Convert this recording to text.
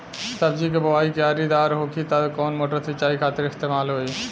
सब्जी के बोवाई क्यारी दार होखि त कवन मोटर सिंचाई खातिर इस्तेमाल होई?